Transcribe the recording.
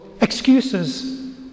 Excuses